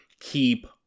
Keep